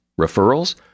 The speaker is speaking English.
Referrals